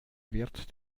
wird